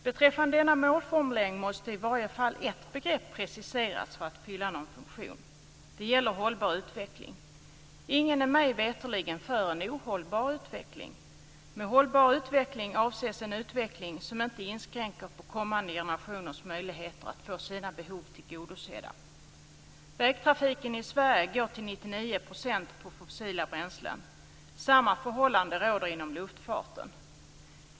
Beträffande denna målformulering måste i varje fall ett begrepp preciseras för att fylla någon funktion. Det gäller hållbar utveckling. Ingen är mig veterligen för en ohållbar utveckling. Med hållbar utveckling avses en utveckling som inte inskränker på kommande generationers möjligheter att få sina behov tillgodosedda. Vägtrafiken i Sverige går till 99 % på fossila bränslen. Samma förhållande råder inom luftfarten.